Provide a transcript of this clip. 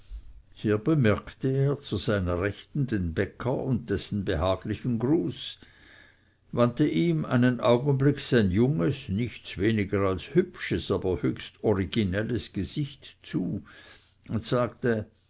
hier bemerkte er zu seiner rechten den bäcker und dessen behaglichen gruß wandte ihm einen augenblick sein junges nichts weniger als hübsches aber höchst orginelles gesicht zu und sagte